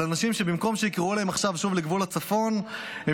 על אנשים שבמקום שיקראו להם עכשיו שוב לגבול הצפון הם